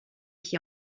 qui